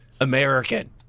American